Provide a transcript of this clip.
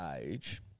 age